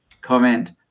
comment